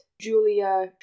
Julia